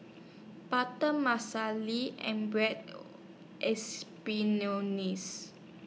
Butter and Bread